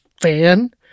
fan